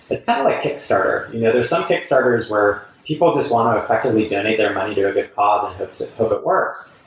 it's not like kickstarter. you know there's some kickstarter's where people just want to effectively donate their money to a good cause and hope it works.